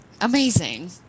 amazing